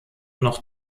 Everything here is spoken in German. noch